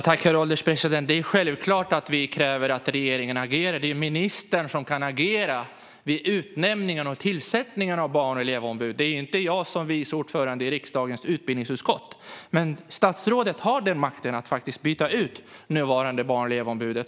Herr ålderspresident! Det är självklart att vi kräver att regeringen agerar. Det är ju ministern som kan agera vid utnämningen och tillsättningen av barn och elevombud, inte jag som vice ordförande i riksdagens utbildningsutskott. Statsrådet har makten att faktiskt byta ut nuvarande barn och elevombud.